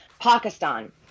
Pakistan